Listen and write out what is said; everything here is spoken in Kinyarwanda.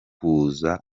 kuza